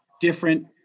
different